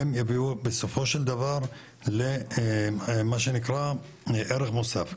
הם יביאו בסופו של דבר למה שנקרא ערך מוסף,